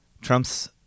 Trump's